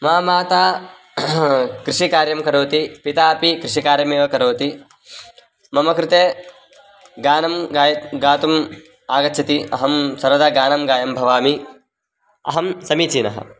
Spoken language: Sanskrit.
मम माता कृषिकार्यं करोति पिता अपि कृषिकार्यमेव करोति मम कृते गानं गायनं गातुम् आगच्छति अहं सर्वदा गानं गायनं भवामि अहं समीचीनः